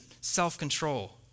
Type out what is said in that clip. self-control